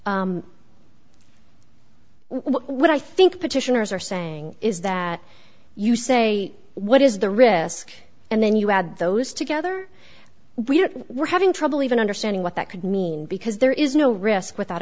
petitioners are saying is that you say what is the risk and then you add those together we were having trouble even understanding what that could mean because there is no risk without